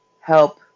help